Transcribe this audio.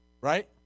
right